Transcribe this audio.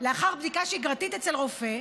לאחר בדיקה שגרתית אצל רופא,